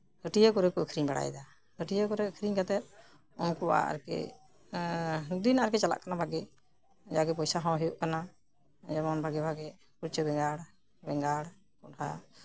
ᱯᱟᱹᱴᱭᱟᱹ ᱠᱚᱨᱮ ᱠᱚ ᱟᱠᱷᱨᱤᱧ ᱵᱟᱲᱟᱭᱫᱟ ᱯᱟᱹᱴᱭᱟ ᱠᱚᱨᱮᱜ ᱟᱠᱷᱨᱤᱧ ᱠᱟᱛᱮᱜ ᱩᱱᱠᱩ ᱟᱨᱠᱤ ᱫᱤᱱ ᱪᱟᱞᱟᱜ ᱠᱟᱱᱟ ᱵᱷᱟᱜᱤ ᱡᱟᱜᱮ ᱯᱚᱭᱥᱟ ᱦᱚᱸ ᱦᱩᱭᱩᱜ ᱠᱟᱱᱟ ᱡᱮᱢᱚᱱ ᱵᱷᱟᱜᱮ ᱩᱪᱪᱷᱟᱹ ᱵᱮᱸᱜᱟᱲ ᱵᱮᱸᱜᱟᱲ ᱠᱚᱱᱰᱷᱟ